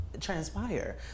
transpire